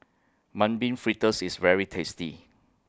Mung Bean Fritters IS very tasty